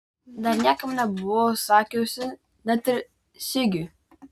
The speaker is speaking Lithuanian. dar niekam nebuvau sakiusi net ir sigiui